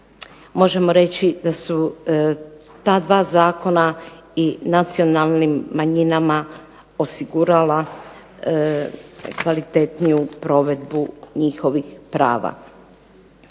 Možemo reći da su ta dva zakona i nacionalnim manjinama osigurala kvalitetniju provedbu njihovih prava.